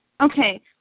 Okay